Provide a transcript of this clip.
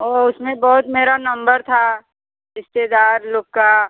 और उसमें बहुत मेरा नंबर था रिश्तेदार लोग का